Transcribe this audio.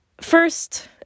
first